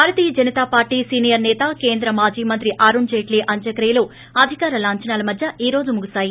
భారతీయ Janata Party senior సేత కేంద్ర మాజీ మంత్రి అరుణ్ జైట్లీ అంత్యక్రియలు అధికార లాంఛనాల మధ్వ ఈ రోజు ముగిశాయి